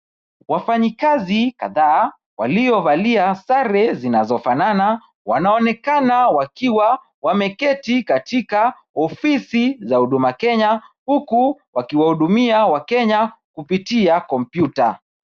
Wafanyikazi kadhaa waliovalia sare zinazofanana wanaonekana wakiwa wameketi katika ofisi za Huduma Kenya huku wakiwahudumia wakenya kupitia kompyuta.